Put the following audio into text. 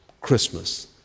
Christmas